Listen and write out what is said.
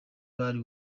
bari